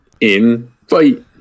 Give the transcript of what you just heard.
invite